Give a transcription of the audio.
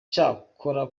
cyakora